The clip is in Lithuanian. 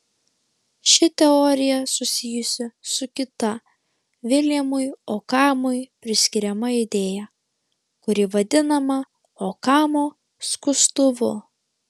ši teorija susijusi su kita viljamui okamui priskiriama idėja kuri vadinama okamo skustuvu